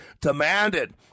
demanded